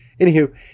Anywho